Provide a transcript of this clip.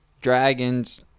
Dragons